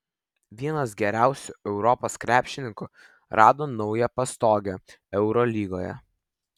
vienas geriausių europos krepšininkų rado naują pastogę eurolygoje